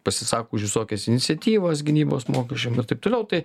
pasisako už visokias iniciatyvas gynybos mokesčių ir taip toliau tai